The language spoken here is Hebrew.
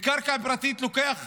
בקרקע פרטית לוקח